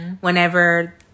whenever